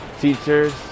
teachers